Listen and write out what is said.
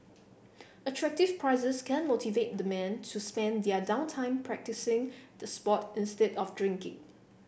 attractive prizes can motivate the men to spend their down time practising the sport instead of drinking